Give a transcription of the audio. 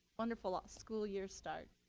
wonderful ah school year start.